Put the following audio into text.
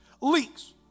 Leaks